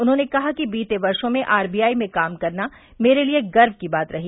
उन्होंने कहा कि बीते वर्षो में आरबीआई में काम करना मेरे लिये गर्व की बात रही